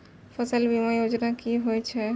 फसल बीमा योजना कि होए छै?